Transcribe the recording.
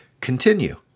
continue